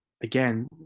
again